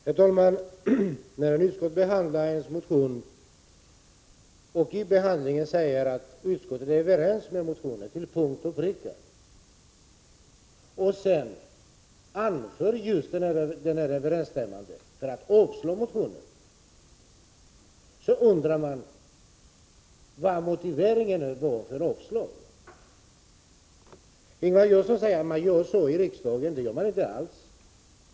Herr talman! Utskottet har vid behandlingen av vår motion anfört att det till punkt och pricka är överens med motionärerna, men hänvisar sedan till denna samstämmighet som ett skäl för att avstyrka motionen. Man undrar då vilken motivering utskottet egentligen har för sin avstyrkan. Ingvar Johnsson säger att man gör så i riksdagen. Det gör man inte alls.